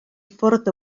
ffwrdd